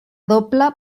doble